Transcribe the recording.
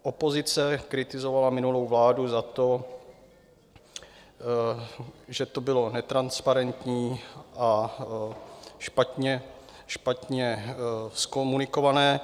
Opozice kritizovala minulou vládu za to, že to bylo netransparentní a špatně zkomunikované.